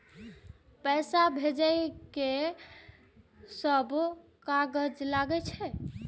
पैसा भेजे में की सब कागज लगे छै?